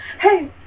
Hey